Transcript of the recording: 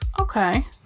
Okay